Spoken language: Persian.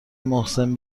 محسن